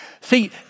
See